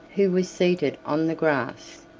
who seated on the grass.